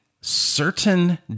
certain